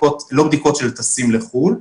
לא בדיקות של טסים לחו"ל.